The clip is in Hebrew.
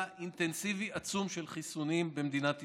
אינטנסיבי עצום של חיסונים במדינת ישראל.